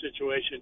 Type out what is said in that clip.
situation